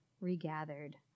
regathered